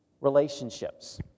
relationships